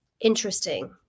interesting